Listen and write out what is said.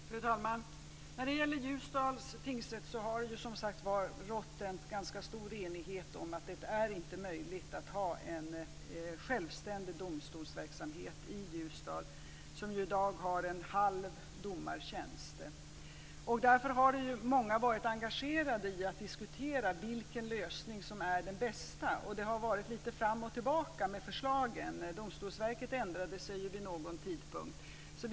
Fru talman! När det gäller Ljusdals tingsrätt har det som sagt var rått en ganska stor enighet om att det inte är möjligt att ha en självständig domstolsverksamhet i Ljusdal, som i dag har en halv domartjänst. Därför har många varit engagerade i att diskutera vilken lösning som är den bästa. Det har varit lite fram och tillbaka med förslagen. Domstolsverket ändrade sig vid någon tidpunkt.